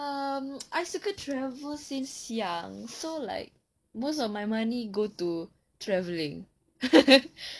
um I started travel since young so like most of my money go to travelling